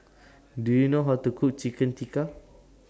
Do YOU know How to Cook Chicken Tikka